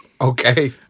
Okay